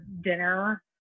dinner